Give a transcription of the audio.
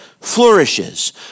flourishes